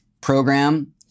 program